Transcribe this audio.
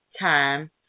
time